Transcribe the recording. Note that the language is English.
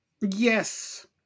Yes